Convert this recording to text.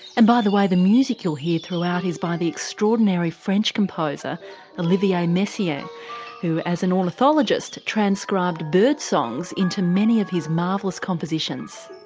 and, by the way, the music you'll hear throughout is by the extraordinary french composer olivier messiaen who as an ornithologist transcribed birdsongs into many of his marvellous compositions.